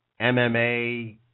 MMA